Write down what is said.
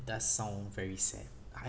does sound very sad I